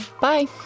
Bye